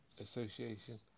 Association